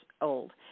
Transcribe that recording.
old